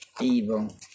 evil